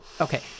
okay